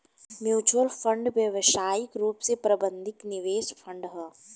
mutual fund व्यावसायिक रूप से प्रबंधित निवेश फंड ह